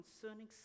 concerning